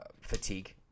fatigue